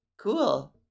cool